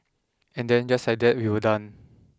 and then just like that we were done